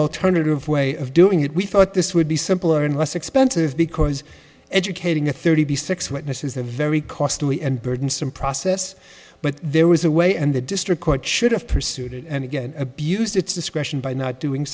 alternative way of doing it we thought this would be simpler and less expensive because educating a thirty six witnesses a very costly and burdensome process but there was a way and the district court should have pursued it and again abused its discretion by not doing